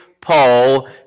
Paul